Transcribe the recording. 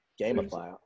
gamify